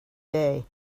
day